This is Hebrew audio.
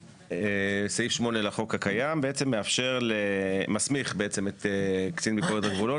סעיף 8 לחוק הקיים מסמיך את קצין ביקורת הגבולות